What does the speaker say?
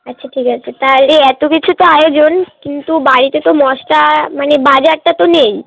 আচ্ছা ঠিক আছে তাহলে এত কিছু তো আয়োজন কিন্তু বাড়িতে তো মশলা মানে বাজারটা তো নেই